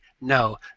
no